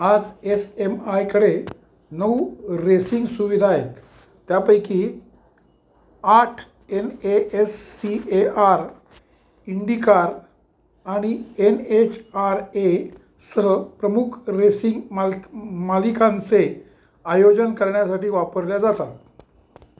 आज एस एम आयकडे नऊ रेसिंग सुविधा आहेत त्यापैकी आठ N A S C A R IndyCar आणि एन एच आर एसह प्रमुख रेसिंग माल मालिकांचे आयोजन करण्यासाठी वापरल्या जातात